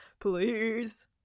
Please